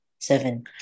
Seven